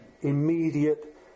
immediate